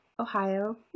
Ohio